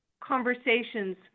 conversations